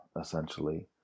essentially